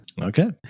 Okay